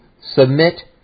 submit